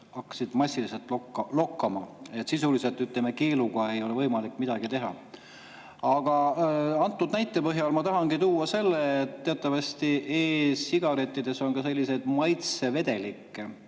asjad massiliselt lokkama. Sisuliselt, ütleme, keeluga ei ole võimalik midagi teha. Antud näite põhjal ma tahangi tuua esile selle, et teatavasti on e‑sigarettides selliseid maitsevedelikke.